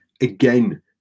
again